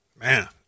Man